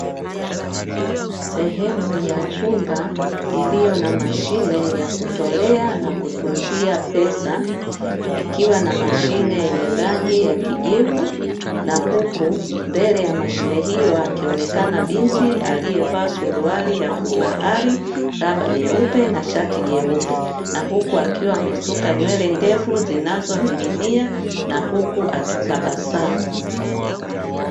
Sehemu ya chumba iliyo na mashine ya kutolea na kutunzia pesa, ikiwa na mashine yenye rangi ya kijivu. Na huku mbele ya mashine hiyo, akionekana binti aliyevaa suruali ya bluu bahari, raba nyeupe, na shati jeupe. Na huku akiwa amesuka nywele ndefu zinazoning'inia, na huku akitabasamu.